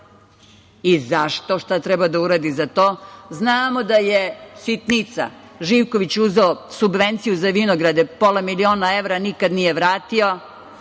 i zašto, šta je trebalo da uradi za to. Znamo da je sitnica, Živković uzeo subvenciju za vinograde, pola miliona evra, nikad nije vratio.